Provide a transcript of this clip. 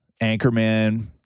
Anchorman